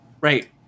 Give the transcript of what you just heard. Right